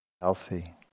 Healthy